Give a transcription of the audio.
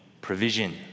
provision